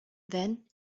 then